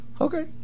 Okay